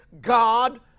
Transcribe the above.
God